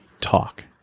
talk